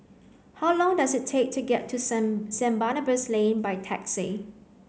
how long does it take to get to Saint Saint Barnabas Lane by taxi